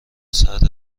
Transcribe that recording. ساعت